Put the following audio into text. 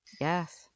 Yes